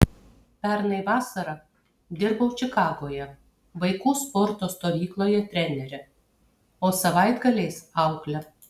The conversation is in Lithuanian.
pernai vasarą dirbau čikagoje vaikų sporto stovykloje trenere o savaitgaliais aukle